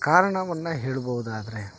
ಕಾರಣವನ್ನು ಹೇಳಬೋದಾದ್ರೆ